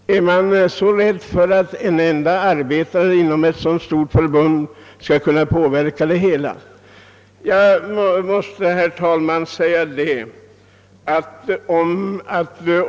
är man så rädd för att en enda arbetare skall kunna utöva något inflytande i ett så stort förbund?